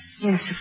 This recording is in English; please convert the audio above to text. Yes